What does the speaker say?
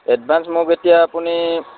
advance মোক এতিয়া আপুনি